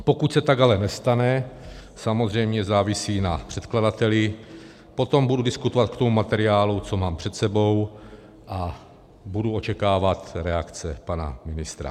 Pokud se tak ale nestane, to samozřejmě závisí na předkladateli, potom budu diskutovat k tomu materiálu, co mám před sebou, a budu očekávat reakce pana ministra.